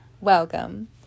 welcome